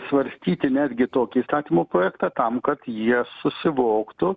svarstyti netgi tokį įstatymo projektą tam kad jie susivoktų